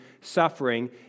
suffering